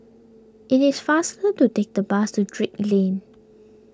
it is faster to take the bus to Drake Lane